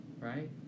Right